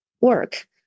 work